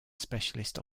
specialist